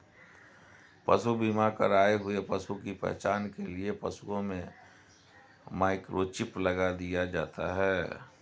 पशु बीमा कर आए हुए पशु की पहचान के लिए पशुओं में माइक्रोचिप लगा दिया जाता है